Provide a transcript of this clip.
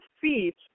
feet